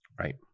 Right